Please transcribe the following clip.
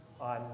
on